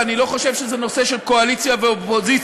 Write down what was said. ואני לא חושב שזה נושא של קואליציה ואופוזיציה,